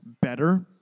better